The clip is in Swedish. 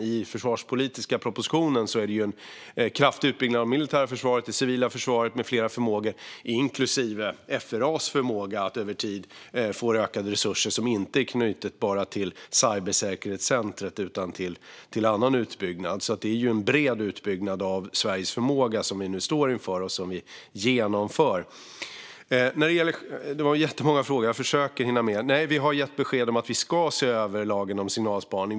I den försvarspolitiska propositionen är det en kraftig utbyggnad av det militära försvaret, det civila försvaret med flera förmågor, inklusive FRA:s förmåga. De får över tid resurser som inte är knutna bara till cybersäkerhetscentret utan också till annan utbyggnad. Det är en bred utbyggnad av Sveriges förmåga som vi nu står inför och som vi genomför. Det var jättemånga frågor; jag försöker hinna med. Nej, vi har gett besked om att vi ska se över lagen om signalspaning.